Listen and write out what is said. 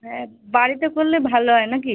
হ্যাঁ বাড়িতে করলে ভালো হয় নাকি